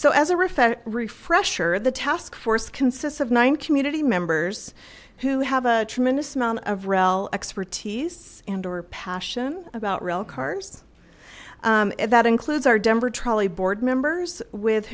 refund refresher the task force consists of nine community members who have a tremendous amount of rel expertise and or passion about real cars that includes our denver trolley board members with